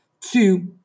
Two